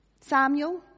Samuel